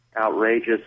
outrageous